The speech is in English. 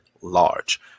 large